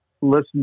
listen